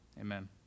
Amen